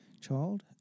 child